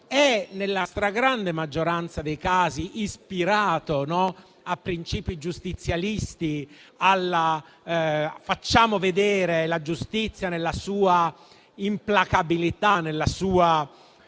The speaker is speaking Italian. è, nella stragrande maggioranza dei casi, ispirato a principi giustizialisti, al facciamo vedere la giustizia nella sua implacabilità, nella sua